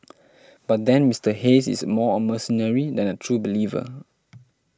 but then Mister Hayes is more a mercenary than a true believer